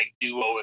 duo